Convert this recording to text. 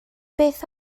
beth